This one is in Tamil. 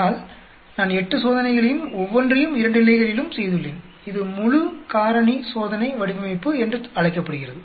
ஆனால் நான் 8 சோதனைகளையும் ஒவ்வொன்றையும் 2 நிலைகளிலும் செய்துள்ளேன் இது முழு காரணி சோதனை வடிவமைப்பு என்று அழைக்கப்படுகிறது